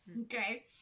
okay